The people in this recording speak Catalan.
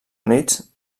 units